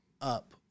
up